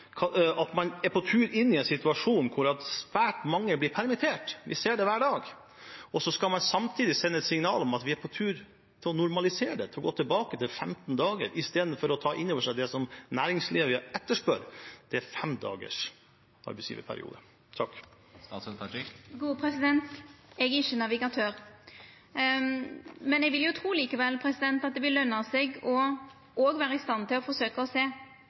er på tur inn i en situasjon der svært mange blir permittert – vi ser det hver dag – å samtidig sende et signal om at vi er vei til å normalisere og gå tilbake til 15 dager, istedenfor å ta inn over seg det som næringslivet etterspør, som er fem dagers arbeidsgiverperiode? Eg er ikkje navigatør. Eg vil likevel tru at det vil løna seg å forsøkja å sjå lenger fram når me skal navigera, ikkje berre til